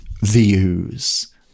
views